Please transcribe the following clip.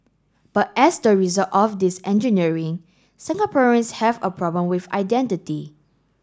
but as the result of this engineering Singaporeans have a problem with identity